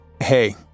hey